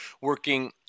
working